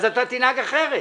אז אתה תנהג אחרת.